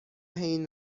این